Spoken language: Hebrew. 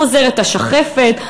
חוזרת השחפת,